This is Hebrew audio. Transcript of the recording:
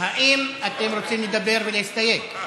האם אתם רוצים לדבר ולהסתייג?